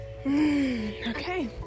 Okay